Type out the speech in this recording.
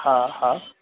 हा हा